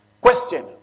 Question